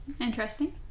Interesting